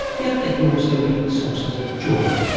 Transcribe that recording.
yet they can also be sources of joy.